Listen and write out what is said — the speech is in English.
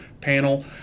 panel